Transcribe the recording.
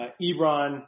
Ebron